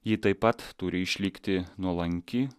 ji taip pat turi išlikti nuolanki